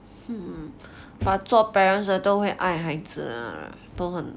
hmm but 做 parents 的都会爱孩 lah 都很